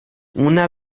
una